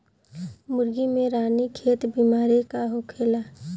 मुर्गी में रानीखेत बिमारी का होखेला?